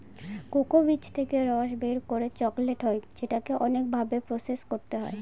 cocoa বীজ থেকে রস বের করে চকলেট হয় যেটাকে অনেক ভাবে প্রসেস করতে হয়